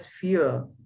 fear